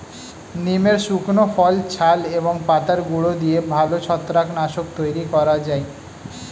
নিমের শুকনো ফল, ছাল এবং পাতার গুঁড়ো দিয়ে ভালো ছত্রাক নাশক তৈরি করা যায়